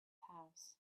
house